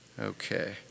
okay